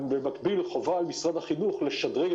את הדברים שצריך לשנות ולשפר אנחנו לומדים ועוד נלמד.